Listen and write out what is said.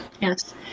Yes